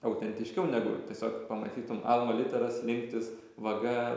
autentiškiau negu tiesiog pamatytum alma litera slinktys vaga